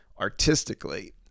artistically